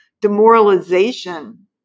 demoralization